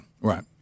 right